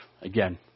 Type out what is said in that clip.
Again